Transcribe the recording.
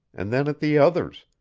and then at the others,